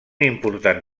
important